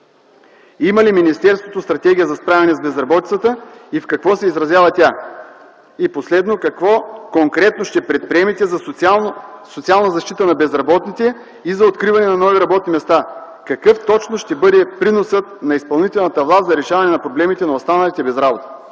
Има ли министерството стратегия за справяне с безработицата и в какво се изразява тя? И последно: какво конкретно ще предприемете за социална защита на безработните и за откриване на нови работни места? Какъв точно ще бъде приносът на изпълнителната власт за решаване на проблемите на останалите без работа?